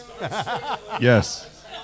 Yes